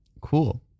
Cool